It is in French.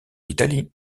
italie